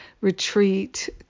Retreat